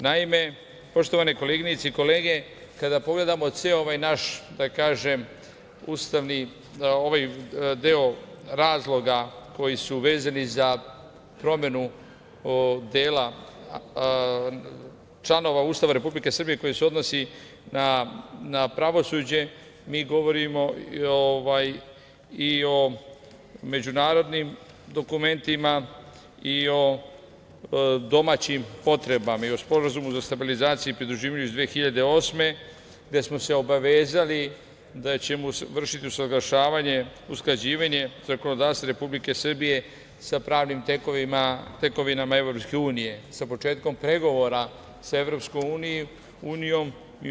Naime, poštovane koleginice i kolege, kada pogledamo ceo ovaj naš, da kažem, deo razloga koji su vezani za promenu dela članova Ustava Republike Srbije koji se odnosi na pravosuđe, mi govorimo i o međunarodnim dokumentima, i o domaćim potrebama i o Sporazumu o stabilizaciji i pridruživanju iz 2008. godine, gde smo se obavezali da ćemo vršiti usaglašavanje, usklađivanje zakonodavstva Republike Srbije sa pravnim tekovinama Evropske unije, sa početkom pregovora sa Evropskom unijom.